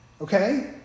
Okay